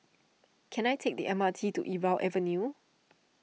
can I take the M R T to Irau Avenue